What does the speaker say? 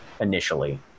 initially